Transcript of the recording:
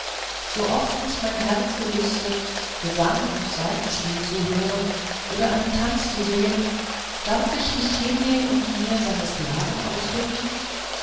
sooft mich mein herz gelüstet gesang und saitenspiel zu hören oder einen tanz zu sehen darf ich nicht hingehen und mir seine sklaven ausbitten